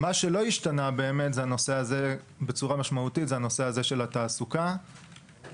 מה שלא השתנה בצורה משמעותית זה הנושא הזה של התעסוקה והתחבורה.